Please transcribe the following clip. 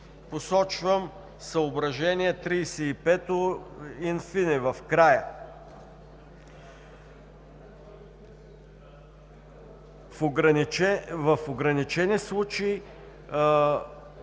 Посочвам съображение 35 in fine, в края: „В ограничени случаи